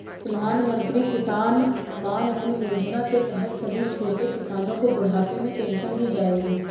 प्रधानमंत्री किसान मानधन योजना के तहत सभी छोटे किसानो को बुढ़ापे में पेंशन दी जाएगी